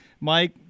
Mike